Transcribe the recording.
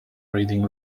reading